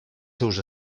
seus